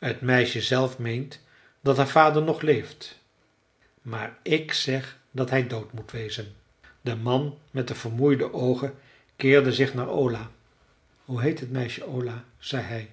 t meisje zelf meent dat haar vader nog leeft maar ik zeg dat hij dood moet wezen de man met de vermoeide oogen keerde zich naar ola hoe heet het meisje ola zei hij